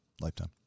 lifetime